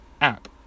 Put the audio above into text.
app